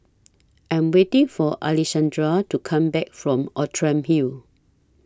I'm waiting For Alexandrea to Come Back from Outram Hill